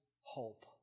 hope